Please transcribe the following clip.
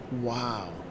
Wow